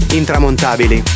intramontabili